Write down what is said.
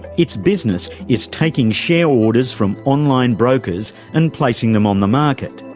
its business is taking share orders from online brokers and placing them on the market.